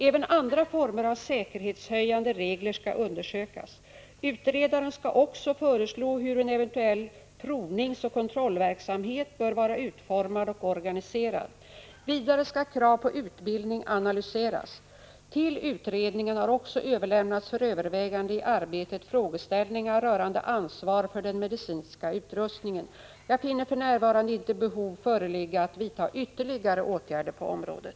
Även andra former av säkerhetshöjande regler skall undersökas. Utredaren skall också föreslå hur en eventuell provningsoch kontrollverksamhet bör vara utformad och organiserad. Vidare skall krav på utbildning analyseras. Till utredningen har också överlämnats för övervägande i arbetet frågeställningar rörande ansvar för den medicinska utrustningen. Jag finner för närvarande inte behov föreligga att vidta ytterligare åtgärder på området.